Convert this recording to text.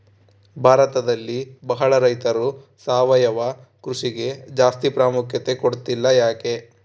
ಭಾರತದಲ್ಲಿ ಬಹಳ ರೈತರು ಸಾವಯವ ಕೃಷಿಗೆ ಜಾಸ್ತಿ ಪ್ರಾಮುಖ್ಯತೆ ಕೊಡ್ತಿಲ್ಲ ಯಾಕೆ?